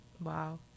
Wow